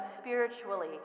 spiritually